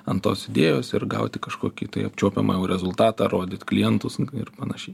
ant tos idėjos ir gauti kažkokį tai apčiuopiamą jau rezultatą rodyt klientus ir panašiai